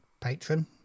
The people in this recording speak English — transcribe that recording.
patron